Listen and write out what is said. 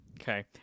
okay